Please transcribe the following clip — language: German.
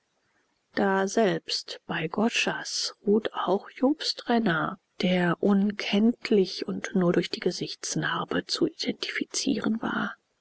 daselbst bei gochas ruht auch jobst renner der unkenntlich und nur durch die gesichtsnarbe zu identifizieren war